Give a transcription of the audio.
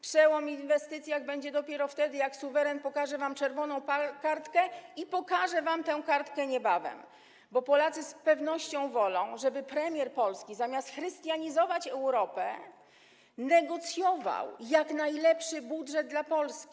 Przełom w inwestycjach będzie dopiero wtedy, jak suweren pokaże wam czerwoną kartkę, a pokaże wam tę kartkę niebawem, bo Polacy z pewnością wolą, żeby premier Polski, zamiast chrystianizować Europę, negocjował jak najlepszy budżet dla Polski.